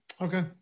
Okay